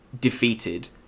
defeated